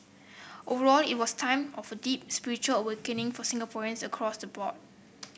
overall it was time of deep spiritual awakening for Singaporeans across the board